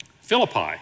Philippi